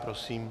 Prosím.